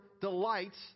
delights